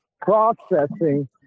processing